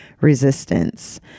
resistance